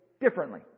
differently